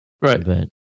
Right